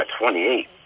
28